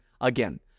again